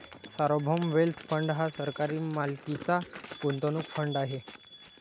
सार्वभौम wealth fund हा सरकारी मालकीचा गुंतवणूक फंड आहे